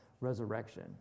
resurrection